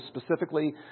specifically